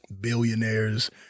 billionaires